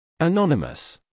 Anonymous